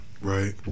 Right